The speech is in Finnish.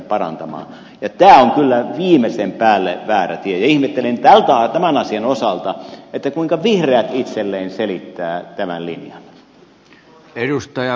tämä on kyllä viimeisen päälle väärä tie ja ihmettelen tämän asian osalta kuinka vihreät itselleen selittävät tämän linjan